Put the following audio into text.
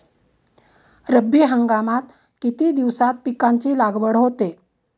रब्बी हंगामात किती दिवसांत पिकांची लागवड होते?